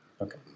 Okay